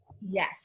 Yes